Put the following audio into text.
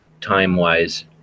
time-wise